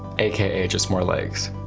aka, just more likes.